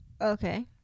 Okay